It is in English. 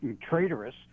traitorous